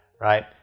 right